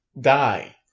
die